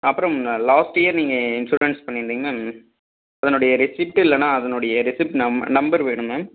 அப்புறம் last year நீங்கள் insurance பண்ணிருந்தீங்க மேம் அதனுடைய ரெசிப்ட்டு இல்லைனா அதனுடைய ரெசிப்ட் நம் நம்பர் வேணும் மேம்